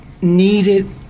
needed